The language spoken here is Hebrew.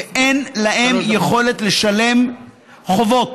ואין להם יכולת לשלם חובות,